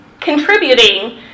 contributing